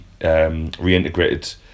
reintegrated